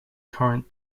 current